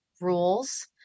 rules